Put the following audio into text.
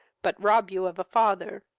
but rob you of a father.